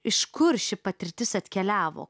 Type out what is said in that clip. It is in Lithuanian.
iš kur ši patirtis atkeliavo